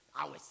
hours